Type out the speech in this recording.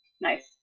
Nice